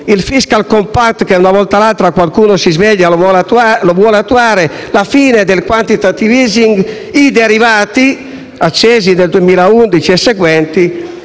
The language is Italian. il *fiscal compact* che, una volta o l'altra, qualcuno si sveglierà e vorrà attuare, la fine del *quantitative easing*, i derivati accesi nel 2011 e seguenti,